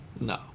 No